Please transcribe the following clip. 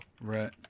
Right